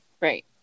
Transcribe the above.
right